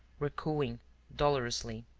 were cooing dolorously.